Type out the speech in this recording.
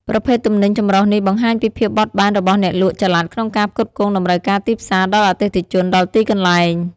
ប្រភេទទំនិញចម្រុះនេះបង្ហាញពីភាពបត់បែនរបស់អ្នកលក់ចល័តក្នុងការផ្គត់ផ្គង់តម្រូវការទីផ្សារដល់អតិថិជនដល់ទីកន្លែង។